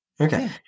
Okay